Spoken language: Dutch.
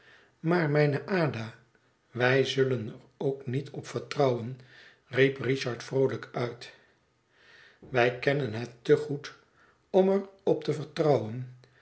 maar mijne ada wij zullen er ook niet op vertrouwen riep richard vroolijk uit wij kennen het te goed om er op te vertrouwen